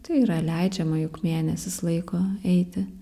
tai yra leidžiama juk mėnesis laiko eiti